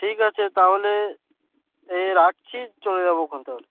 ঠিক আছে তাহলে এ রাখছি চলে যাবো খন তাহলে